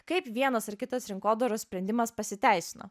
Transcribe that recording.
kaip vienas ar kitas rinkodaros sprendimas pasiteisino